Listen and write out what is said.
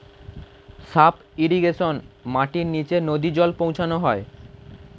sub irrigation মাটির নিচে নদী জল পৌঁছানো হয়